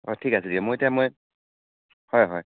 হয় ঠিক আছে দিয়ক মই এতিয়া মই হয় হয়